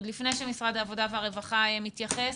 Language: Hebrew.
עוד לפני שמשרד העבודה והרווחה מתייחס,